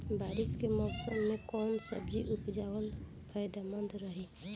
बारिश के मौषम मे कौन सब्जी उपजावल फायदेमंद रही?